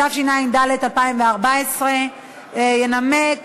התשע"ד 2014. ינמק